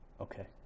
Okay